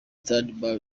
stade